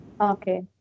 Okay